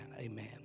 amen